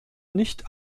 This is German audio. nicht